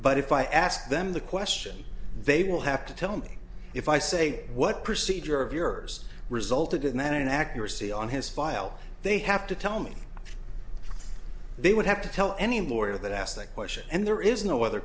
but if i ask them the question they will have to tell me if i say what procedure of yours resulted in an accuracy on his file they have to tell me they would have to tell anymore that i asked that question and there is no other